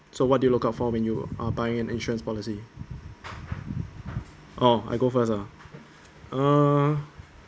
so what do you look out for when you are buying an insurance policy oh I go first uh